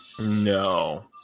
No